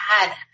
God